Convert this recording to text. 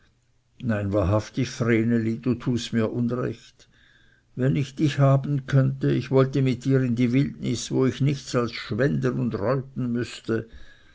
nein wahrhaftig vreneli du tust mir unrecht wenn ich dich haben könnte ich wollte mit dir in die wildnis wo ich nichts als schwenden und reuten müßte